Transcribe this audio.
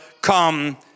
come